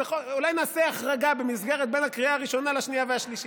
אולי נעשה החרגה בין הקריאה הראשונה לשנייה והשלישית.